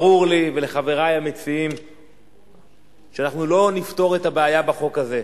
ברור לי ולחברי המציעים שאנחנו לא נפתור את הבעיה בחוק הזה.